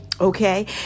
Okay